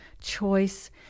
choice